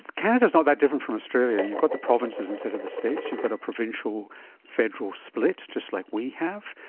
canada is not that different from australia. you've got the provinces instead of the states, you've got a provincial federal split, just like we have,